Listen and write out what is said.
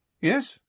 Yes